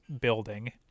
building